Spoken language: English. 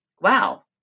wow